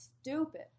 stupid